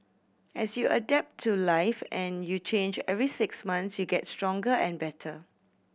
as you adapt to life and you change every six months you get stronger and better